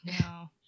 No